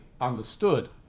understood